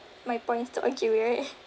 my point is to argue right